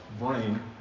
brain